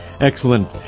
Excellent